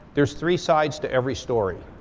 there's three sides to every story.